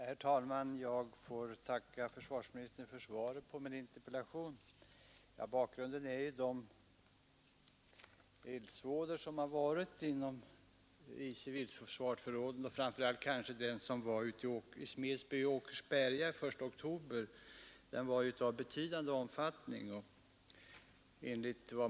Herr talman! Jag får tacka försvarsministern för svaret på min interpellation. Bakgrunden är de eldsvådor som förekommit i civilförsvarsförråd, kanske framför allt den som uppstod i Smedsby i Åkersberga den 1 oktober i år. Den var av betydande omfattning.